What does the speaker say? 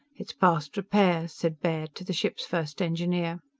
it's past repair, said baird, to the ship's first engineer.